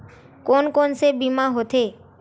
कोन कोन से बीमा होथे?